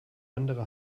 andere